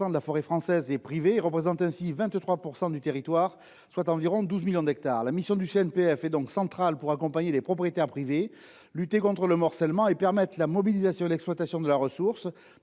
que la forêt française est privée à 75 % et qu’elle couvre 23 % du territoire, soit environ 12 millions d’hectares. La mission du CNPF est donc centrale pour accompagner les propriétaires privés, lutter contre le morcellement et permettre la mobilisation et l’exploitation de la ressource,